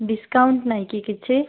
discount ନାହିଁ କି କିଛି